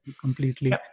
Completely